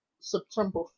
September